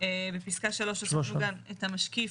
בפסקה 3 הוספנו גם את המשקיף,